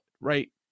right